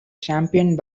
championed